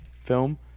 film